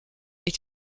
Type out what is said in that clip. est